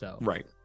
Right